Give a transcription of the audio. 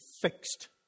fixed